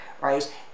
right